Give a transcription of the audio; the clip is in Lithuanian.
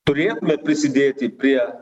turėtume prisidėti prie